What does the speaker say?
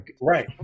right